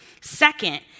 Second